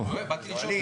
באתי לשאול.